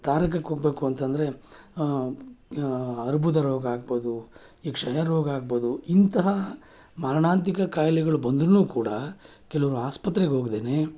ತಾರಕಕ್ಕೆ ಹೋಗ್ಬೇಕು ಅಂತ ಅಂದ್ರೆ ಅರ್ಬುದ ರೋಗ ಆಗ್ಬೋದು ಈ ಕ್ಷಯ ರೋಗ ಆಗ್ಬೋದು ಇಂತಹ ಮಾರಣಾಂತಿಕ ಕಾಯಿಲೆಗಳು ಬಂದ್ರೂ ಕೂಡ ಕೆಲವರು ಆಸ್ಪತ್ರೆಗೆ ಹೋಗ್ದೇನೆ